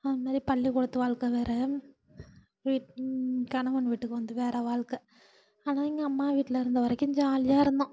அது மாரி பள்ளிக்கூடத்து வாழ்க்க வேறு வீட் கணவன் வீட்டுக்கு வந்து வேறு வாழ்க்க ஆனால் எங்கள் அம்மா வீட்டில் இருந்த வரைக்கும் ஜாலியாக இருந்தோம்